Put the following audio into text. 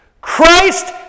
Christ